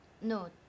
No